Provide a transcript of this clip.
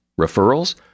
Referrals